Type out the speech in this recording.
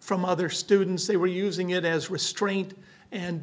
from other students they were using it as restraint and